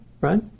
right